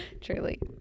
truly